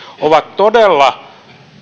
ovat todella